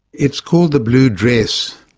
it's called the blue dress,